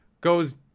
goes